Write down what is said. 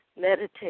meditate